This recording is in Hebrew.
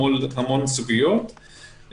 המון סוגיות,